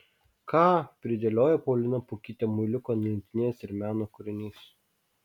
ką pridėliojo paulina pukytė muiliukų ant lentynėlės ir meno kūrinys